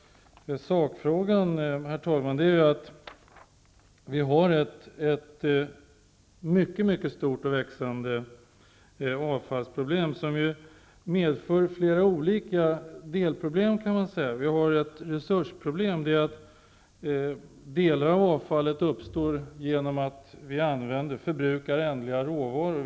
Sakfrågan går ut på att vi har ett mycket stort och växande avfallsproblem. Det innefattar flera delproblem. För det första har vi ett resursproblem. Delar av avfallet uppstår genom att vi förbrukar ändliga råvaror.